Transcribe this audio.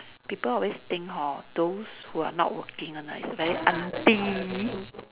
people always think hor those who are not working one right is very aunty